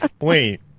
Wait